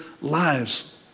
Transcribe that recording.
lives